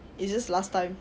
it's just last time